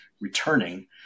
returning